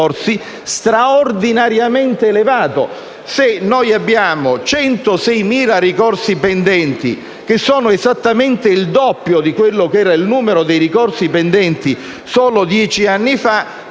straordinariamente elevato: se abbiamo 106.000 ricorsi pendenti, che sono esattamente il doppio del numero dei ricorsi pendenti solo dieci anni fa,